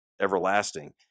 everlasting